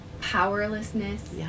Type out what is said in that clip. powerlessness